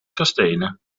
kastelen